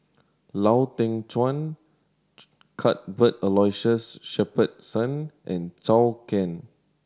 Lau Teng Chuan Cuthbert Aloysius Shepherdson and Zhou Can